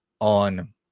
on